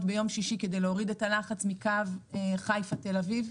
ביום שישי כדי להוריד את הלחץ מקו חיפה תל אביב?